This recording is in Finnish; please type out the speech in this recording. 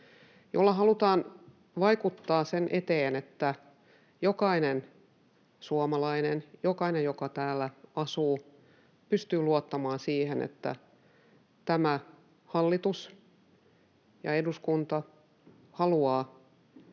joilla halutaan vaikuttaa siihen, että jokainen suomalainen, jokainen, joka täällä asuu, pystyy luottamaan siihen, että tämä hallitus ja eduskunta haluaa,